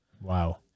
Wow